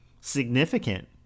significant